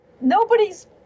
nobody's